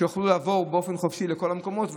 שיוכלו לעבור בו באופן חופשי לכל המקומות,